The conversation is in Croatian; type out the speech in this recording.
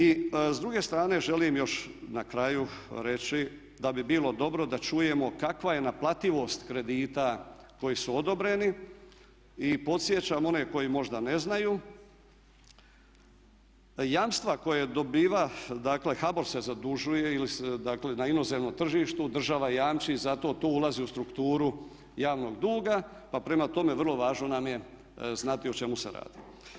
I s druge strane želim još na kraju reći da bi bilo dobro da čujemo kakva je naplativost kredita koji su odobreni i podsjećam one koji možda ne znaju jamstva koja dobiva, HBOR se zadužuje na inozemnom tržištu, država jamči za to, to ulazi u strukturu javnog duga pa prema tome vrlo važno nam je znati o čemu se radi.